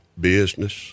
business